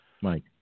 Mike